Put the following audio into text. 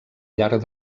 llarg